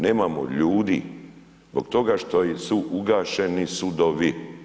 Nemamo ljudi zbog toga što su ugašeni sudovi.